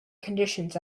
conditions